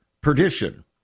Perdition